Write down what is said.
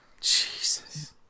Jesus